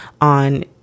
on